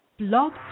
Blog